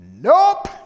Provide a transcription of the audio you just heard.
nope